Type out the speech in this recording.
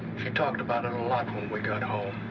she talked about it a lot when we got home.